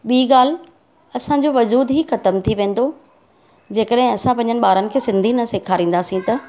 ॿी ॻाल्हि असांजो वजूदु ई ख़तम थी वेंदो जेकॾहिं असां पंहिंजनि ॿारनि खे सिंधी न सेखारींदासीं त